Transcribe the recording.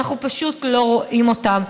אנחנו פשוט לא רואים אותם.